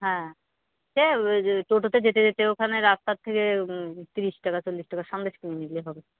হ্যাঁ সে টোটোতে যেতে যেতে ওখানে রাস্তার থেকে তিরিশ টাকা চল্লিশ টাকা সন্দেশ কিনে নিলে হবে